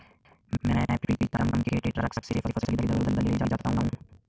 मैं प्रीतम के ट्रक से फसल इधर उधर ले जाता हूं